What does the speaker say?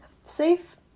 safe